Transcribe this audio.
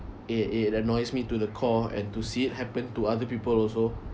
it it annoys me to the core and to see it happen to other people also